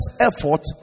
effort